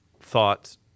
thoughts